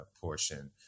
portion